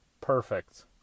perfect